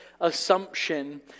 assumption